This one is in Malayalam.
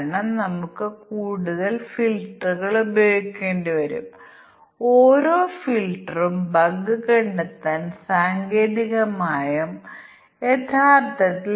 എന്നാൽ നമുക്ക് പരാമീറ്ററിന്റെ എണ്ണം 30 പറയുന്നു ഓരോന്നും 3 4 മൂല്യങ്ങൾ പറയട്ടെ അതിനാൽ നിരകളുടെ എണ്ണം 320 ആകും